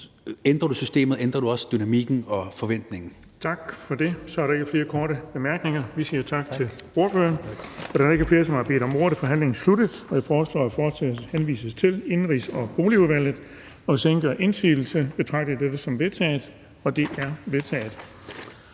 ændrer du systemet, ændrer du også dynamikken og forventningen. Kl. 18:17 Den fg. formand (Erling Bonnesen): Tak for det. Så er der ikke flere korte bemærkninger. Vi siger tak til ordføreren. Da der ikke er flere, som har bedt om ordet, er forhandlingen sluttet. Jeg foreslår, at forslaget henvises til Indenrigs- og Boligudvalget. Hvis ingen gør indsigelse, betragter jeg dette som vedtaget. Det er vedtaget.